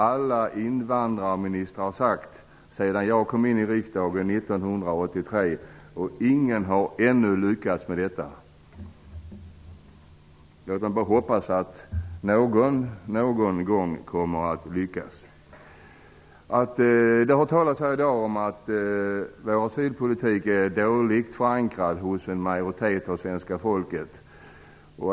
Alla invandrarministrar har sagt detta sedan jag kommit in i riksdagen 1983, men ingen har ännu lyckats med detta. Låt mig bara hoppas att någon, någon gång, kommer att lyckas. Det har i dag talats om att vår asylpolitik är dåligt förankrad hos majoriteten av svenska folket.